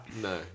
No